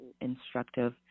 instructive